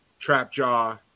Trapjaw